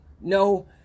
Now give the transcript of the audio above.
no